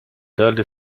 dull